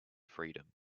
freedom